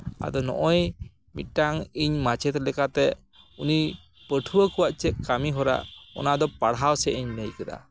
ᱟᱫᱚ ᱱᱚᱜᱼᱚᱭ ᱤᱧ ᱢᱤᱫᱴᱱ ᱢᱟᱪᱮᱫ ᱞᱮᱠᱟᱛᱮ ᱩᱱᱤ ᱯᱟᱹᱴᱷᱩᱣᱟᱹ ᱠᱚᱣᱟᱜ ᱪᱮᱫ ᱠᱟᱹᱢᱤ ᱦᱚᱨᱟ ᱚᱱᱟ ᱫᱚ ᱯᱟᱲᱦᱟᱣ ᱥᱮᱫ ᱤᱧ ᱞᱟᱹᱭ ᱠᱮᱫᱟ